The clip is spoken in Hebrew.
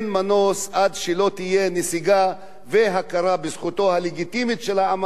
עד שלא תהיה נסיגה והכרה בזכותו הלגיטימית של העם הפלסטיני,